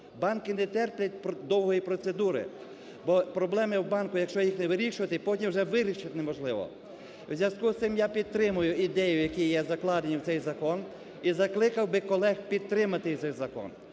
банки не терплять довгої процедури, бо проблеми в банку, якщо їх не вирішувати, потім вже вирішити неможливо. У зв'язку з цим я підтримую ідеї, які є закладені в цей закон, і закликав би колег підтримати цей закон.